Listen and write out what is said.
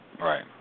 Right